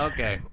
Okay